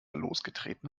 losgetreten